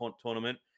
tournament